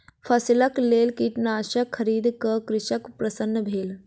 फसिलक लेल कीटनाशक खरीद क कृषक प्रसन्न भेल